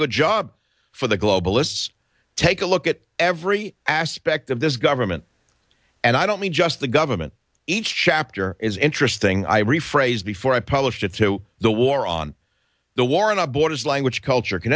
good job for the globalists take a look at every aspect of this government and i don't mean just the government each chapter is interesting i rephrase before i published it to the war on the war in a borders language culture can